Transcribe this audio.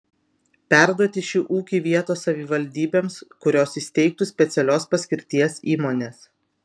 perduoti šį ūkį vietos savivaldybėms kurios įsteigtų specialios paskirties įmones